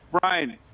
Brian